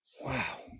Wow